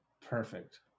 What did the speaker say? Perfect